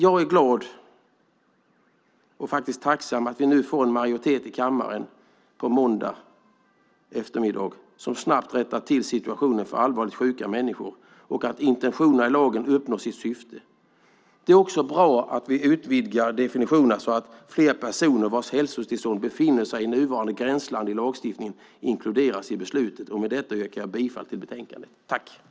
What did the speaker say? Jag är glad och faktiskt tacksam att vi på måndag eftermiddag får en majoritet i kammaren som rättar till situationen för allvarligt sjuka människor och ser till att intentionerna i lagen uppnås. Det är också bra att vi utvidgar definitionerna så att fler personer vars hälsotillstånd befinner sig i nuvarande gränsland i lagstiftningen inkluderas i beslutet. Med detta yrkar jag bifall till förslaget i betänkandet och avslag på reservationen.